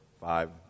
five